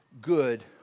good